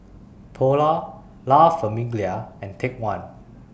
Polar La Famiglia and Take one